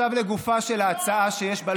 הלכתם לנחם את המשפחות השכולות?